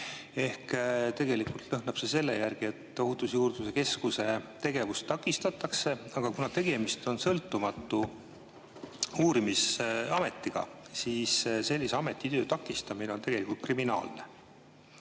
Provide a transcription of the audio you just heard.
Tegelikult lõhnab see selle järgi, et Ohutusjuurdluse Keskuse tegevust takistatakse, ja kuna tegemist on sõltumatu uurimisametiga, siis sellise ameti töö takistamine on kriminaalne.